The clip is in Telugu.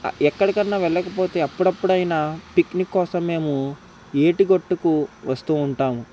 ఎక్కడికైనా వెళ్ళకపోతే అప్పుడప్పుడైన పిక్నిక్ కోసం మేము ఏటి గట్టుకు వస్తూ ఉంటాం